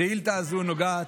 השאילתה הזו נוגעת,